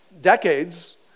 decades